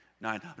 nine